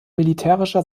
militärischer